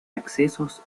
accesos